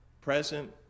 present